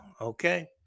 okay